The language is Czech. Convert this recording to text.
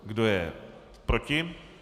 Kdo je proti?